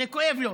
זה כואב לו.